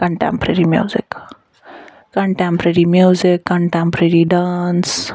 contemporary music contemporary music contemporary dance